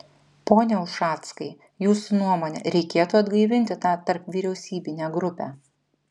pone ušackai jūsų nuomone reikėtų atgaivinti tą tarpvyriausybinę grupę